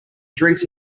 drinks